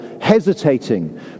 hesitating